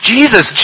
Jesus